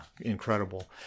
incredible